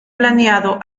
planeado